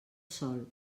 sol